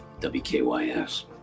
WKYS